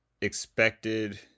expected